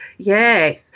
Yes